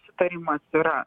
sutarimas yra